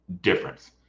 difference